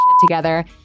Together